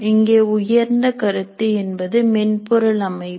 இங்கே உயர்ந்த கருத்து என்பது மென்பொருள் அமைப்பு